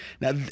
Now